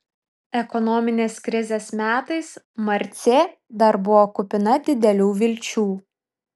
ekonominės krizės metais marcė dar buvo kupina didelių vilčių